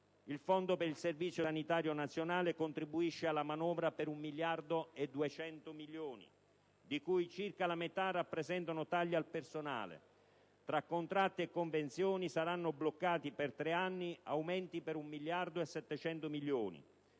Il fondo per il Servizio sanitario nazionale contribuisce alla manovra per 1,2 miliardi di euro, di cui circa la metà rappresenta tagli al personale. Tra contratti e convenzioni saranno bloccati per tre anni aumenti per 1,7 miliardi.